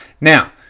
Now